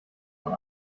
von